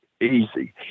easy